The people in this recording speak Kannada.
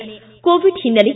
ಿ ಕೋವಿಡ್ ಹಿನ್ನೆಲೆ